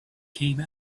came